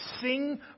sing